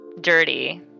dirty